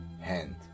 hand